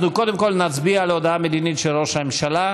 אנחנו קודם כול נצביע על ההודעה המדינית של ראש הממשלה.